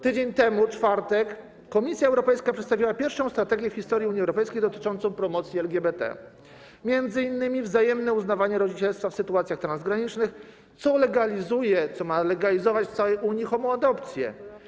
Tydzień temu, w czwartek, Komisja Europejska przedstawiła pierwszą strategię w historii Unii Europejskiej dotyczącą promocji LGBT, m.in. wzajemne uznawanie rodzicielstwa w sytuacjach transgranicznych, co legalizuje, co ma legalizować w całej Unii homoadopcje.